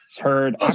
Heard